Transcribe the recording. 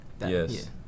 Yes